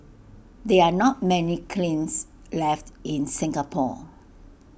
there are not many kilns left in Singapore